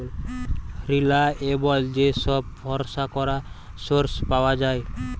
reliable যে সব ভরসা করা সোর্স পাওয়া যায়